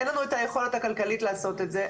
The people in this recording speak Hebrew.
אין לנו את היכולת הכלכלית לעשות את זה.